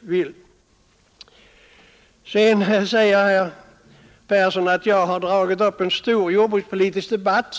vill. Sedan säger herr Persson att jag har dragit upp en stor jordbrukspolitisk debatt.